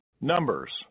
Numbers